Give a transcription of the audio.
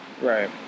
Right